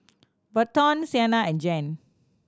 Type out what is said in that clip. Berton Sienna and Jan